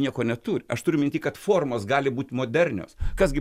nieko neturi aš turiu minty kad formos gali būt modernios kas gi